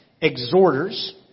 Exhorters